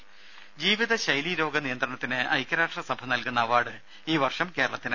രുദ ജീവിത ശൈലീ രോഗ നിയന്ത്രണത്തിന് ഐക്യരാഷ്ട്ര സഭ നൽകുന്ന അവാർഡ് ഈ വർഷം കേരളത്തിന്